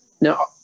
Now